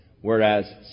Whereas